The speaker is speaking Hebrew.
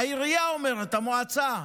העירייה אומרת, המועצה,